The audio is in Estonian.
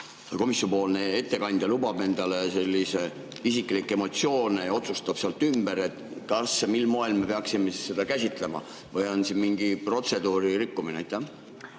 komisjoni ettekandja lubab endale selliseid isiklikke emotsioone ja otsustab ümber, siis kas ja mil moel me peaksime seda käsitlema? Või on siin mingi protseduuri rikkumine?